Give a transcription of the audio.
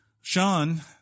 Sean